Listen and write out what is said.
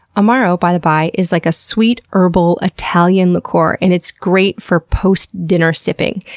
amaro, by the by, is like a sweet herbal italian liqueur and it's great for post dinner sipping.